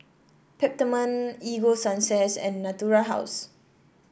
Peptamen Ego Sunsense and Natura House